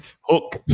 Hook